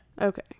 Okay